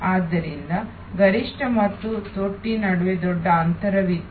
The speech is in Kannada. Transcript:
ಆದ್ದರಿಂದ ಗರಿಷ್ಠ ಮತ್ತು ಕನಿಷ್ಠ ನಡುವೆ ದೊಡ್ಡ ಅಂತರವಿತ್ತು